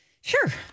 Sure